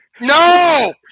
No